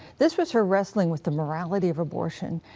this was her wrestling with the morality of abortion,